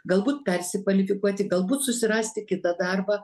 galbūt persikvalifikuoti galbūt susirasti kitą darbą